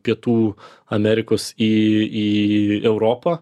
pietų amerikos į į europą